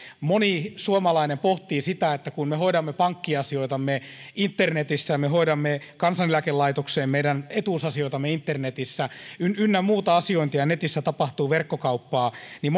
moni suomalainen pohtii sitä että kun me hoidamme pankkiasioitamme internetissä me hoidamme kansaneläkelaitokseen meidän etuusasioitamme internetissä ynnä ynnä muuta asiointia ja netissä tapahtuu verkkokauppaa niin